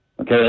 Okay